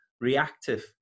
reactive